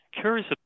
curious